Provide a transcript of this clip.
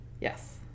Yes